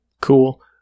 cool